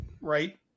right